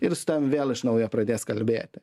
ir su tavim vėl iš naujo pradės kalbėti